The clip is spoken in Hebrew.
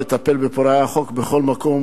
לטפל בפורעי החוק בכל מקום,